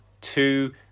two